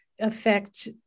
affect